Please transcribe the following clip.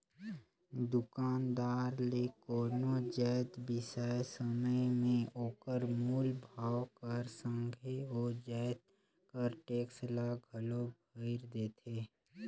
दुकानदार ले कोनो जाएत बिसाए समे में ओकर मूल भाव कर संघे ओ जाएत कर टेक्स ल घलो भइर देथे